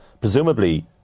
presumably